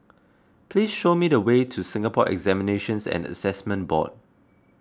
please show me the way to Singapore Examinations and Assessment Board